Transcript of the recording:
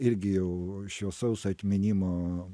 irgi jau šviesaus atminimo